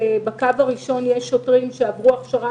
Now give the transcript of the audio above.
שבקו הראשון יש שוטרים שעברו הכשרה